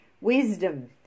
Wisdom